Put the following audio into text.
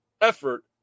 effort